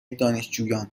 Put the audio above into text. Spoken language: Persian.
دانشجویان